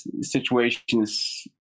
situations